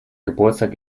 geburtstag